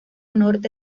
norte